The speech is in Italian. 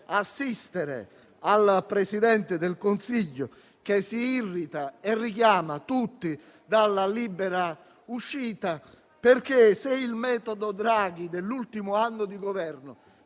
vedere il Presidente del Consiglio che si irrita e richiama tutti dalla libera uscita. Se il metodo Draghi dell'ultimo anno di Governo